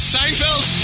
Seinfeld